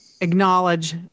Acknowledge